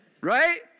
Right